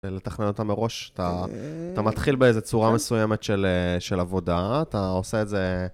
לתכנן אותה מראש, אתה מתחיל באיזו צורה מסוימת של עבודה, אתה עושה איזה...